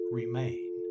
remain